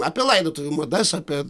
apie laidotuvių madas apie